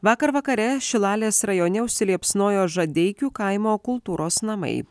vakar vakare šilalės rajone užsiliepsnojo žadeikių kaimo kultūros namai